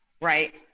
right